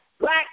Black